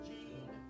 Gene